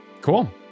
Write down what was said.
Cool